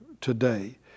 today